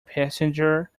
passenger